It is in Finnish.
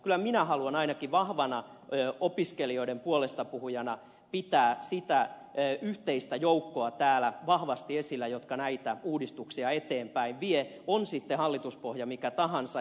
kyllä ainakin minä haluan vahvana opiskelijoiden puolestapuhujana pitää täällä vahvasti esillä sitä yhteistä joukkoa joka näitä uudistuksia eteenpäin vie on sitten hallituspohja mikä tahansa